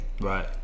Right